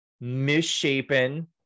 misshapen